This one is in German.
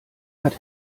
hat